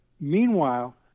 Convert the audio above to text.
meanwhile